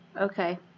Okay